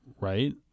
right